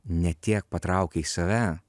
ne tiek patraukia į save